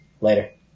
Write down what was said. Later